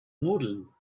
nudeln